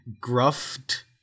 gruffed